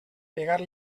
pegar